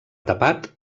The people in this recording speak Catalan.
tapat